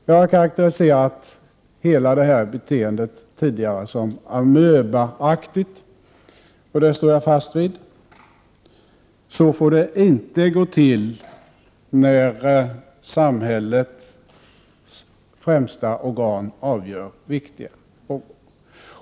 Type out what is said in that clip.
Jag har tidigare karakteriserat hela det här beteendet som amöbaaktigt, och det står jag fast vid. Så får det inte gå till när samhällets främsta organ avgör viktiga frågor.